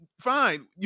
fine